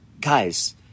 Guys